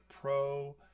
pro